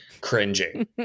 cringing